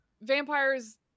vampires